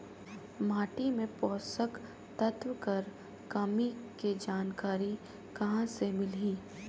माटी मे पोषक तत्व कर कमी के जानकारी कहां ले मिलही?